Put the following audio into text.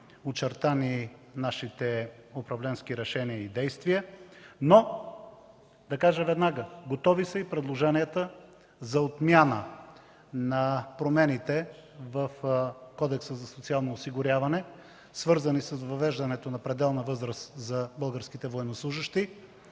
очертани нашите управленски решения и действия. Готови са и предложенията за отмяна на промените в Кодекса за социално осигуряване, свързани с въвеждането на пределна възраст за българските военнослужещи!